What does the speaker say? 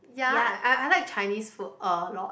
ya I I like Chinese food a lot